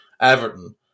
Everton